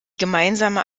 gemeinsame